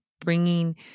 bringing